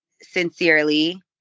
sincerely